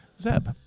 Zeb